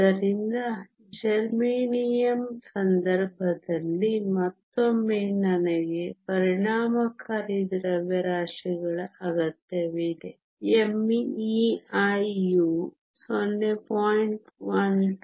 ಆದ್ದರಿಂದ ಜರ್ಮೇನಿಯಂನ ಸಂದರ್ಭದಲ್ಲಿ ಮತ್ತೊಮ್ಮೆ ನನಗೆ ಪರಿಣಾಮಕಾರಿ ದ್ರವ್ಯರಾಶಿಗಳ ಅಗತ್ಯವಿದೆ mei ಯು 0